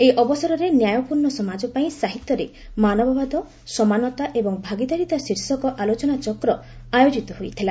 ଏହି ଅବସରରେ 'ନ୍ୟାୟପୂର୍ଶ୍ର୍ଣ ସମାଜପାଇଁ ସାହିତ୍ୟରେ ମାନବବାଦ ସମାନତା ଏବଂ ଭାଗିଦାରିତା' ଶୀର୍ଷକ ଆଲୋଚନାଚକ୍ର ଆୟୋଜିତ ହୋଇଥିଲା